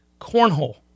Cornhole